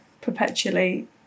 perpetually